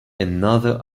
another